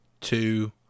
two